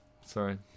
Sorry